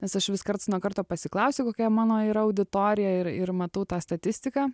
nes aš vis karts nuo karto pasiklausiu kokia mano yra auditorija ir ir matau tą statistiką